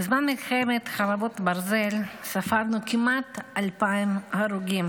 בזמן מלחמת חרבות ברזל ספרנו כמעט 2,000 הרוגים